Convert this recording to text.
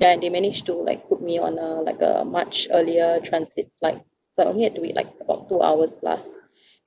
ya they managed to like put me on a like a much earlier transit flight so I only had to wait like about two hours plus